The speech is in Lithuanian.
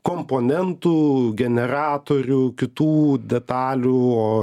komponentų generatorių kitų detalių o